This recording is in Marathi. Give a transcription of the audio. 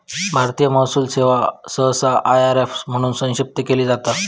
भारतीय महसूल सेवा सहसा आय.आर.एस म्हणून संक्षिप्त केली जाता